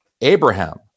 Abraham